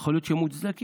יכול להיות שהם מוצדקים.